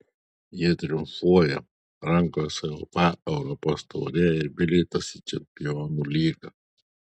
jie triumfuoja rankose uefa europos taurė ir bilietas į čempionų lygą